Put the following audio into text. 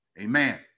amen